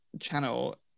channel